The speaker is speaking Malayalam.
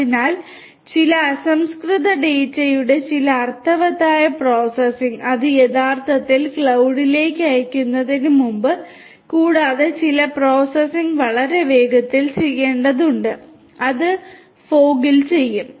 അതിനാൽ ചില അസംസ്കൃത ഡാറ്റയുടെ ചില അർത്ഥവത്തായ പ്രോസസ്സിംഗ് അത് യഥാർത്ഥത്തിൽ ക്ലൌഡിലേക്ക് അയയ്ക്കുന്നതിന് മുമ്പ് കൂടാതെ ചില പ്രോസസ്സിംഗ് വളരെ വേഗത്തിൽ ചെയ്യേണ്ടതുണ്ട് അത് മൂടൽമഞ്ഞിൽ ചെയ്യും